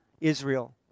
Israel